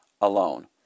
alone